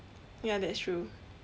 ya that's true